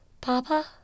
Papa